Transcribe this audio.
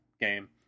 game